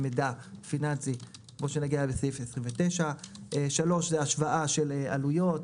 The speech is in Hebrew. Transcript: מידע פיננסי נגיע לסעיף 29. 3 זה השוואה של עלויות,